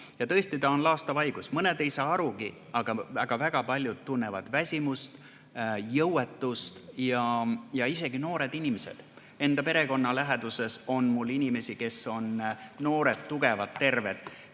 Tõesti, see on laastav haigus. Mõned ei saa arugi, aga väga paljud tunnevad väsimust, jõuetust, isegi noored inimesed. Mul on enda perekonna läheduses inimesi, kes on noored, tugevad, terved,